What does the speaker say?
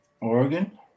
Oregon